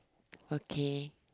okay